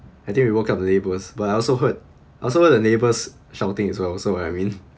I think we woke up the neighbours but I also heard also heard the neighbours shouting as well also so what I mean